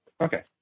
Okay